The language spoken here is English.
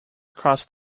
across